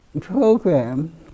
program